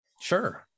Sure